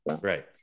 Right